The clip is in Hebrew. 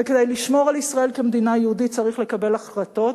וכדי לשמור על ישראל כמדינה יהודית צריך לקבל החלטות,